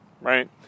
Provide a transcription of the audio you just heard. right